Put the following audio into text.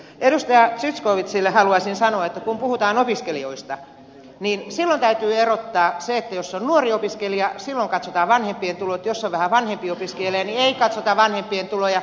edustaja zyskowiczille haluaisin sanoa että kun puhutaan opiskelijoista niin silloin täytyy erottaa se että jos on nuori opiskelija silloin katsotaan vanhempien tulot jos on vähän vanhempi opiskelija niin ei katsota vanhempien tuloja